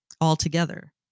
altogether